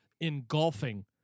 engulfing